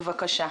בבקשה.